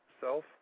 self